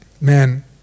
Man